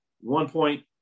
one-point